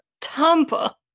Tampa